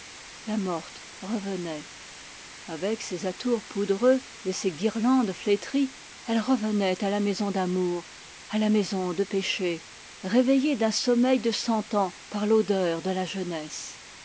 la morte revenait avec ses atours poudreux et ses guirlandes flétries elle revenait à la maison du péché réveillée d'un sommeil de cent ans par l'odeur de la jeunesse